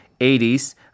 80s